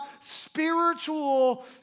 spiritual